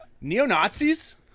neo-nazis